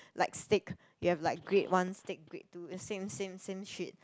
like steak you have like grade one steak grade two the same same same shit